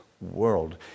world